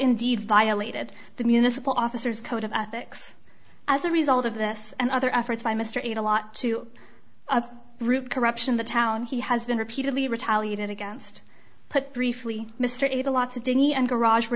indeed violated the municipal officers code of ethics as a result of this and other efforts by mr eat alot to root corruption the town he has been repeatedly retaliated against put briefly mr ada lots of dinny and garage were